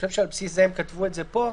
על בסיס זה כך נכתב פה.